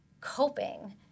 coping